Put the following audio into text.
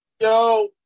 Yo